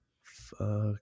fuck